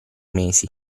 mesi